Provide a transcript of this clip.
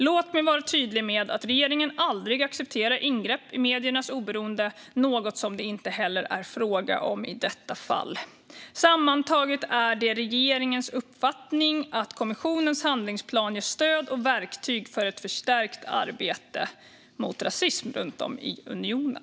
Låt mig vara tydlig med att regeringen aldrig accepterar ingrepp i mediernas oberoende, något som det inte heller är fråga om i detta fall. Sammantaget är det regeringens uppfattning att kommissionens handlingsplan ger stöd och verktyg för ett förstärkt arbete mot rasism runt om i unionen.